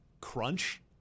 crunch